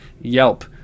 Yelp